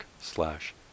slash